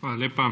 Hvala lepa.